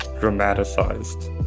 dramatized